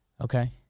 Okay